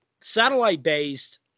satellite-based